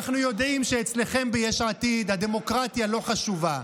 אנחנו יודעים שאצלכם ביש עתיד הדמוקרטיה לא חשובה,